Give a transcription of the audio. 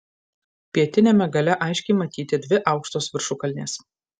pietiniame gale aiškiai matyti dvi aukštos viršukalnės